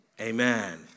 Amen